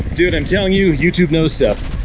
dude, i'm telling you youtube knows stuff.